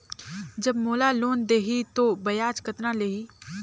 जब मोला लोन देही तो ब्याज कतना लेही?